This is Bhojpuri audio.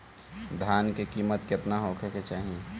धान के किमत केतना होखे चाही?